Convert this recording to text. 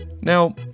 Now